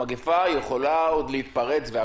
המגפה יכולה עוד להתפרץ.